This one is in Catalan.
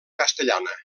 castellana